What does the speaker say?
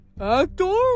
Actor